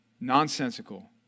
nonsensical